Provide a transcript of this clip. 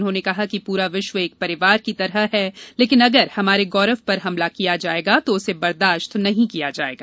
उन्होंने कहा कि पूरा विश्व एक परिवार की तरह है लेकिन अगर हमारे गौरव पर हमला किया जाएगा तो उसे बर्दाश्त नहीं किया जाएगा